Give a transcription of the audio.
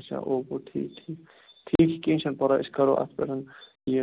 اچھا اوپو ٹھیٖک ٹھیٖک ٹھیٖک چھُ کینٛہہ چھُ نہٕ پرواے أسۍ کرو اتھ پیٚٹھ یہِ